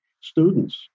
students